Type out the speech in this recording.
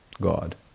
God